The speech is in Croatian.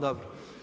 Dobro.